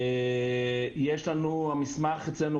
המסמך אצלנו,